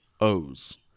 O's